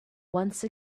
once